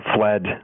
fled